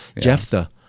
Jephthah